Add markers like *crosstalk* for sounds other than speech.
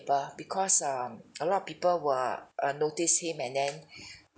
because um a lot of people were uh notice him and then *breath*